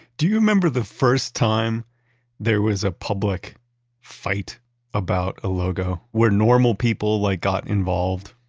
do you remember the first time there was a public fight about a logo where normal people like, got involved?